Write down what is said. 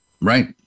Right